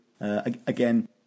Again